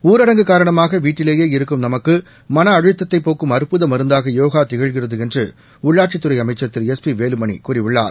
ஊரடங்கு காரணமாக வீட்டிலேயே இருக்கும் நமக்கு மன அழுத்தத்தை போக்கும் அற்புத மருந்தாக யோகா திகழ்கிறது என்று உள்ளாட்சித்துறை அமைக்சா் திரு எஸ் பி வேலுமணி கூறியுள்ளார்